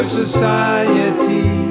society